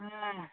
ಹ್ಞೂ